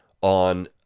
on